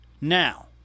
Now